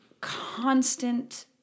constant